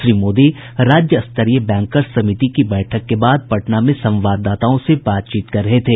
श्री मोदी राज्य स्तरीय बैंकर्स समिति की बैठक के बाद पटना में संवाददाताओं से बातचीत कर रहे थे